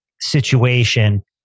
situation